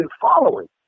following